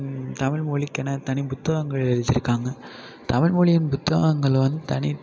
தமிழ் மொழிக்கென தனி புத்தகங்கள் எழுதியிருக்காங்க தமிழ் மொழியின் புத்தகங்களில் வந்து தனி